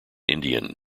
indian